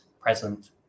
present